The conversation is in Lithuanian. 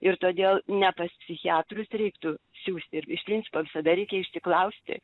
ir todėl ne pas psichiatrus reiktų siųsti ir iš principo visada reikia išsiklausti